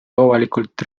avalikult